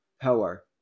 power